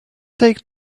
take